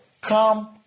come